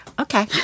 okay